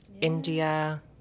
India